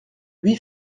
huit